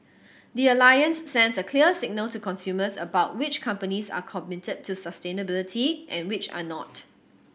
the Alliance sends a clear signal to consumers about which companies are committed to sustainability and which are not